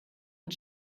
und